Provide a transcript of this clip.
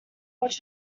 watch